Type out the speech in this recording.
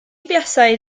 buasai